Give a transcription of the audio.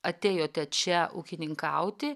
atėjote čia ūkininkauti